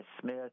smith